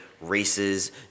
races